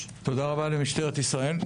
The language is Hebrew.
תודה רבה למשטרת ישראל.